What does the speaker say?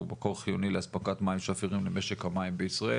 שהוא מקור חיוני לאספקת מים שפירים למשק המים בישראל.